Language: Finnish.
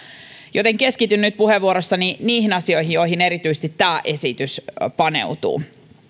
joten keskityn nyt puheenvuorossani niihin asioihin joihin erityisesti tämä esitys paneutuu